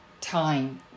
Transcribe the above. time